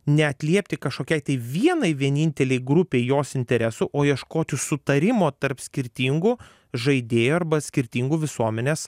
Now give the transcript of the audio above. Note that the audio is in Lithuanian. ne atliepti kažkokiai vienai vienintelei grupei jos interesų o ieškoti sutarimo tarp skirtingų žaidėjų arba skirtingų visuomenės